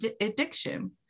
addiction